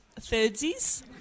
thirdsies